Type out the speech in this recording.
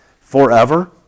forever